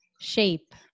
Shape